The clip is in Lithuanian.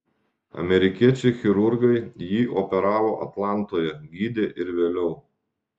amerikiečiai chirurgai jį operavo atlantoje gydė ir vėliau